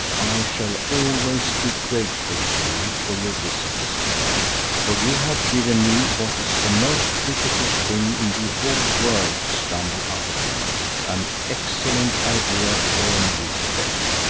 i shall always be grateful to you for your visit this morning, for you have given me what is the most difficult thing in the whole world to stumble up against an excellent idea for a new play.